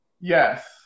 Yes